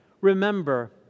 remember